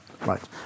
Right